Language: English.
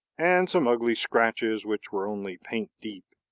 and some ugly scratches which were only paint-deep,